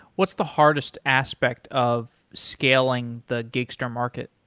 what's the hardest aspect of scaling the gigster market?